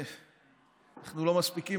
אנחנו לא מספיקים,